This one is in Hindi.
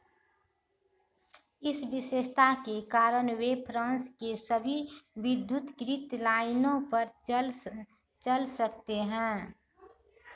इस विशेषता के कारण वे फ्रांस के सभी विद्युतीकृत लाइनों पर चल सकते हैं